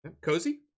Cozy